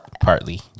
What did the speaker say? Partly